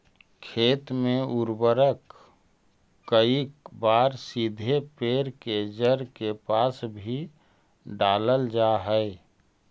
खेत में उर्वरक कईक बार सीधे पेड़ के जड़ के पास भी डालल जा हइ